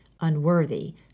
unworthy